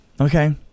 okay